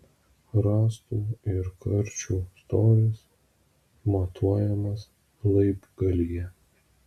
rąstų ir karčių storis matuojamas laibgalyje